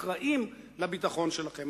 לא אחראים לביטחון שלכם.